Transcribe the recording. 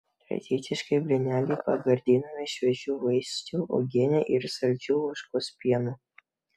tradiciškai blyneliai pagardinami šviežių vaisių uogiene ir saldžiu ožkos pienu